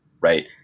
right